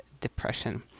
depression